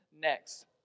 next